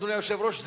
אדוני היושב-ראש,